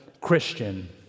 Christian